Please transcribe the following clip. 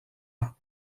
ans